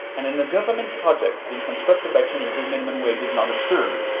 and in a government project being constructed by chinese, the minimum wage is not observed.